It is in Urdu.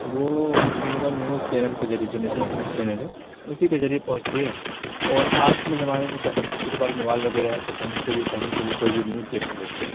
وہ عموماً نیوز چینل کے ذریعے جو نیشنل نیوز چینل ہے اسی کے ذریعے پہنچتی ہے اور آج کل کے زمانے میں تو ہر کسی کے پاس موبائل وغیرہ ہے تو وہ کہیں سے بھی کہیں سے بھی کوئی بھی نیوز چیب سے لیتے ہیں